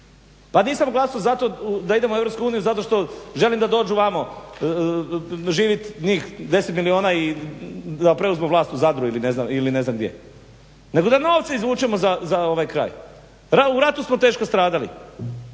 Pa nisam glasao za to da idemo u EU zato što želim da dođu vam živit njih 10 milijuna i da preuzmu vlast u Zadru ili ne znam gdje, nego da novce izvučemo za kraj. U ratu smo teško stradali.